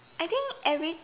I think every